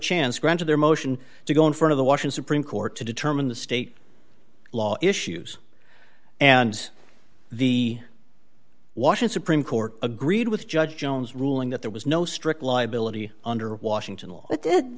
chance granted their motion to go in front of the washer supreme court to determine the state law issues and the washing supreme court agreed with judge jones ruling that there was no strict liability under washington law it did